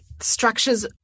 structures